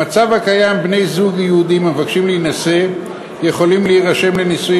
במצב הקיים בני-זוג יהודים המבקשים להינשא יכולים להירשם לנישואין